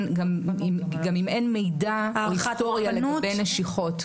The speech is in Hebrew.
גם אם מידע או היסטוריה לגבי נשיכות.